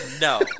no